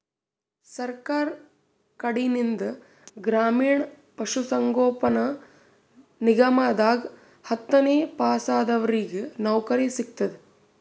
ಸರ್ಕಾರ್ ಕಡೀನ್ದ್ ಗ್ರಾಮೀಣ್ ಪಶುಸಂಗೋಪನಾ ನಿಗಮದಾಗ್ ಹತ್ತನೇ ಪಾಸಾದವ್ರಿಗ್ ನೌಕರಿ ಸಿಗ್ತದ್